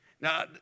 Now